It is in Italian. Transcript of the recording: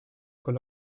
con